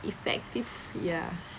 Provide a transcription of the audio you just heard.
effective ya